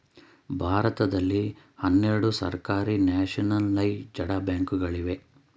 ಭಾರತದಲ್ಲಿ ಹನ್ನೆರಡು ಸರ್ಕಾರಿ ನ್ಯಾಷನಲೈಜಡ ಬ್ಯಾಂಕ್ ಗಳಿವೆ